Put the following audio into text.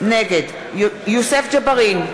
נגד יוסף ג'בארין,